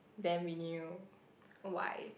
then we knew why